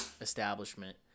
establishment